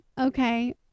okay